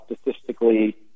statistically